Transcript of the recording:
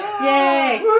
Yay